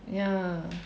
ya